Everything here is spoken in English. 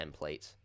template